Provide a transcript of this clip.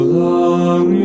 long